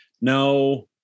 no